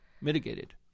mitigated